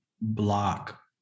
block